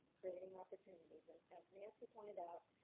creating opportunities. and as nancy pointed out,